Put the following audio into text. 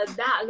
da